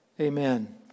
amen